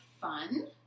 fun